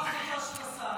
לא החלטה של השר?